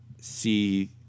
see